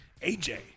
AJ